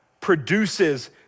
produces